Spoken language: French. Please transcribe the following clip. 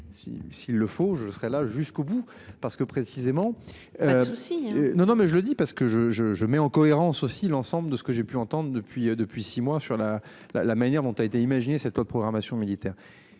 s'il le faut je serai là jusqu'au bout parce que précisément. Aussi. Non non mais je le dis parce que je je je mets en cohérence aussi l'ensemble de ce que j'ai pu entendre depuis depuis six mois sur la, la, la manière dont a été imaginé cette loi de programmation militaire.